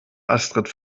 astrid